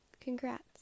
Congrats